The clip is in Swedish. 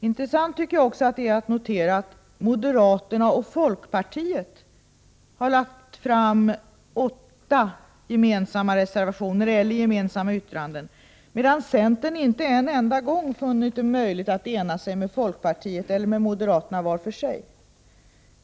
Intressant tycker jag också det är att notera att moderaterna och folkpartiet har lagt fram åtta gemensamma reservationer eller gemensamma särskilda yttranden, medan centern inte en enda gång funnit det möjligt att ena sig med folkpartiet eller med moderaterna var för sig.